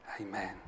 Amen